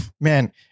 man